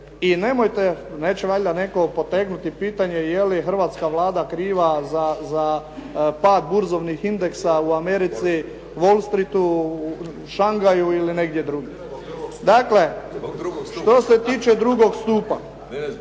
I nemojte, neće valjda netko potegnuti pitanje, je li hrvatska Vlada kriva za pad burzovnih indeksa u Americi, Wall Strret-u, Šangaju ili negdje drugdje. Dakle, što se tiče drugog stupa